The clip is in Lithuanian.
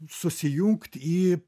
susijungt į